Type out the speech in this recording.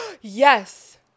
yes